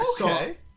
okay